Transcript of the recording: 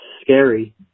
scary